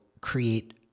create